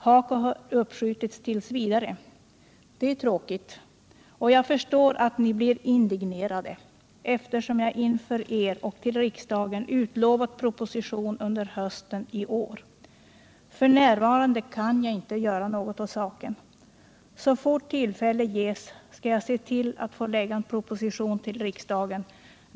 HAKO har uppskjutits tills vidare. Det är tråkigt och jag förstår att ni blir indignerade, eftersom jag inför er och till riksdagen utlovat proposition under hösten i år. För närvarande kan jag inte göra något åt saken. Så fort tillfälle ges ska jag se till att få lägga en proposition till riksdagen.